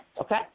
okay